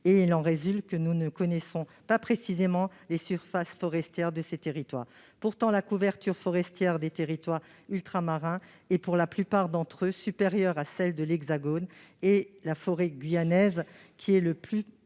Il en résulte que nous ne connaissons pas précisément les surfaces forestières de ces territoires. La couverture forestière des territoires ultramarins est pour la plupart d'entre eux supérieure à celle de l'Hexagone. La forêt guyanaise, qui est le plus